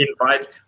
Invite